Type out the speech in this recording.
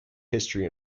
history